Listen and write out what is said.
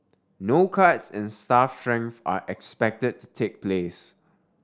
no cuts in staff strength are expected to take place